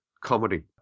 comedy